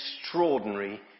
extraordinary